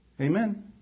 Amen